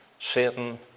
Satan